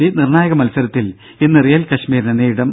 C നിർണായക മത്സരത്തിൽ ഇന്ന് റിയൽ കശ്മീരിനെ നേരിടും